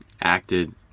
acted